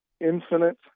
infinite